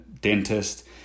dentist